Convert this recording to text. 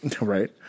Right